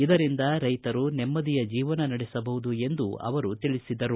ಇದರಿಂದ ರೈತರು ನೆಮ್ನದಿಯ ಜೀವನ ನಡೆಸಬಹುದು ಎಂದು ಅವರು ತಿಳಿಸಿದರು